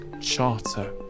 charter